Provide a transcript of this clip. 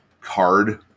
card